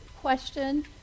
question